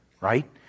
right